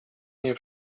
nie